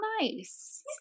nice